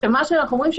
מה שאנחנו אומרים,